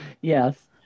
Yes